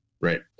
right